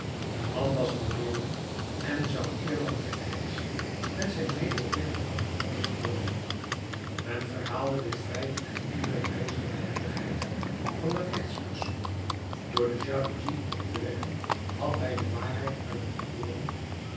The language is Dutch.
de man was verloren en zou eerlang te aix met zijn medeplichtige gevonnist worden men verhaalde dit feit en ieder prees de behendigheid van den rechtspersoon door de jaloezie op te wekken had hij de waarheid uit den toorn